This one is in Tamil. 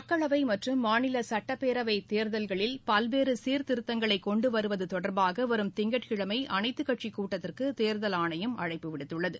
மக்களவை மற்றும் மாநில சுட்டப்பேரவை தேர்தல்களில் பல்வேறு சீர்திருத்தங்களை கொண்டு வருவது தொடர்பாக வரும் திங்கட்கிழமை அனைத்து கட்சி கூட்டத்திற்கு தேர்தல் ஆணையம் அழைப்பு விடுத்துள்ளது